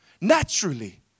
naturally